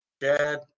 dad